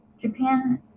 Japan